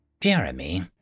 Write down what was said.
Jeremy